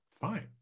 Fine